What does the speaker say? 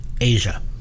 asia